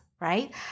right